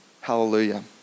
Hallelujah